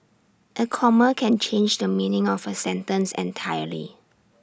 A comma can change the meaning of A sentence entirely